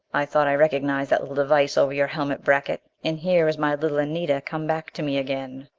i thought i recognized that little device over your helmet bracket. and here is my little anita, come back to me again!